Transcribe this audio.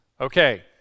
Okay